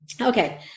Okay